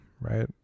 right